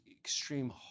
extreme